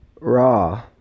raw